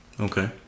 Okay